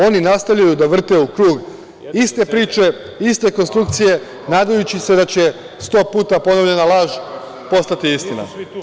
Oni nastavljaju da vrte u krug iste priče, iste konstrukcije, nadajući se da će sto puta ponovljena laž postati istina.